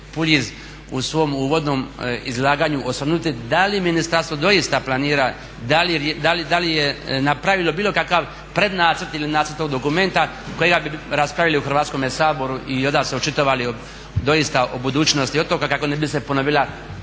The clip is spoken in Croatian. u svom uvodnom izlaganju osvrnuti da li ministarstvo doista planira, da li je napravilo bilo kakav prednacrt ili nacrt tog dokumenta kojega bi raspravili u Hrvatskom saboru i onda se očitovali doista o budućnosti otoka kako ne bi se ponovila,